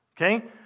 okay